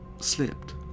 slipped